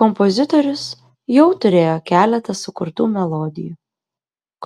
kompozitorius jau turėjo keletą sukurtų melodijų